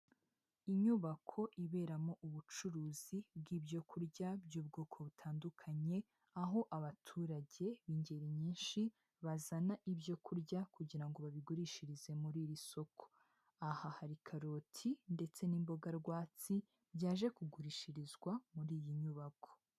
Inyubako iberamo ubucuruzi, bw'ibyo kurya, by'ubwoko butandukanye. Aho abaturage, b'ingeri nyinshi, bazana ibyo kurya, kugira ngo babigurishirize muri iri soko. Aha hari karoti, ndetse n'imboga rwatsi, byaje kugurishirizwa muri iyi nyubako.